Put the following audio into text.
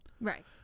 Right